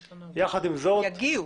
יגיעו.